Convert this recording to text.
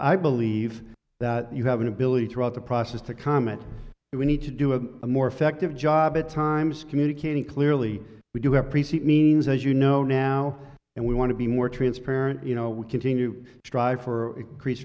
i believe that you have an ability throughout the process to comment that we need to do a more effective job at times communicating clearly we do have precinct means as you know now and we want to be more transparent you know we continue to drive for increase